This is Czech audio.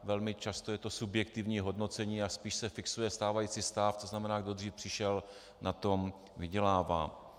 Velmi často je to subjektivní hodnocení a spíše se fixuje stávající stav, to znamená, kdo dřív přišel, na tom vydělává.